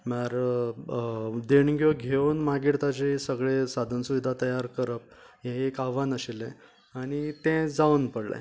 म्हळ्यार देणग्यो घेवन मागीर ताचे सगळें साधन सुविधा तयार करप हें एक आव्हान आशिल्ले आनी तें जावन पडलें